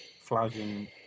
flagging